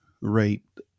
raped